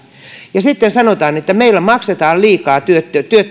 ja sitten sanotaan että meillä maksetaan liikaa työttömille